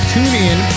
TuneIn